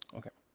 okay,